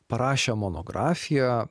parašę monografiją